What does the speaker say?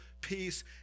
peace